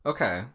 Okay